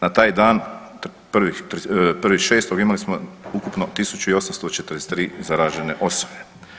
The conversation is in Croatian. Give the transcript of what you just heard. Na taj dan 1.6. imali smo ukupno 1843 zaražene osobe.